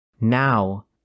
Now